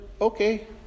okay